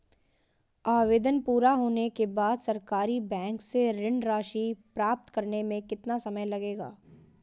आवेदन पूरा होने के बाद सरकारी बैंक से ऋण राशि प्राप्त करने में कितना समय लगेगा?